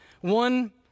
One